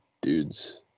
dudes